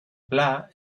pla